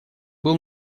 был